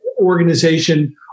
organization